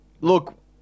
Look